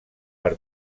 per